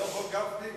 זה לא חוק גפני.